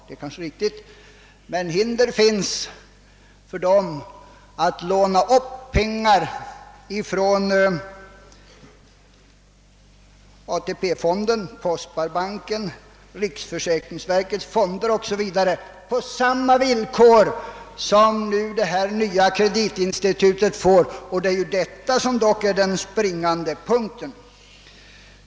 Det är kanske riktigt, men hinder finns för dem att låna upp pengar från AP-fonderna, postsparbanken, riksförsäkringsverkets fonder 0. s. v., på samma villkor som det nya kreditinstitutet — och det är ju detta som är den springande punkten.